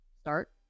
start